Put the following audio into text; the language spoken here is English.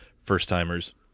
first-timers